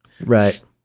Right